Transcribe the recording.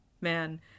man